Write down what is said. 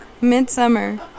Midsummer